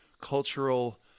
cultural